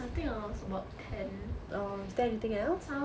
I think I was about ten